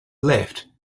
lift